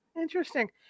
interesting